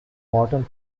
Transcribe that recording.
morton